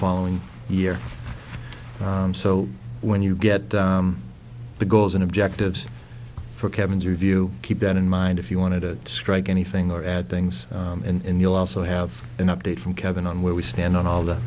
following year so when you get the goals and objectives for kevin's review keep that in mind if you want to strike anything or add things in you'll also have an update from kevin on where we stand on all the